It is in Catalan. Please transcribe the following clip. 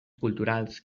culturals